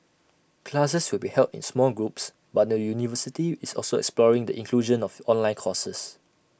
classes will be held in small groups but the university is also exploring the inclusion of online courses